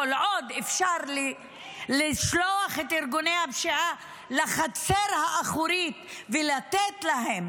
כל עוד אפשר לשלוח את ארגוני הפשיעה לחצר האחורית ולתת להם